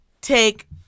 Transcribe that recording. take